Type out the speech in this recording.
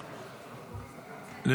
בבקשה.